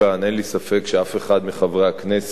אין לי ספק שאף אחד מחברי הכנסת